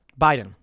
Biden